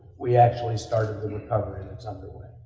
we actually started the recovery that's underway.